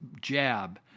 jab